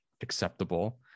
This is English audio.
acceptable